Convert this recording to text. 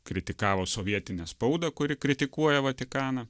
kritikavo sovietinę spaudą kuri kritikuoja vatikaną